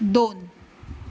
दोन